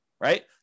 right